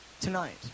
Tonight